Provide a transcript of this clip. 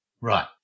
right